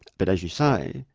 but as you say,